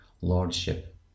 lordship